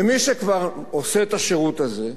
מי שכבר עושה את השירות הזה,